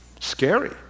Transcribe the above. Scary